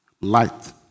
Light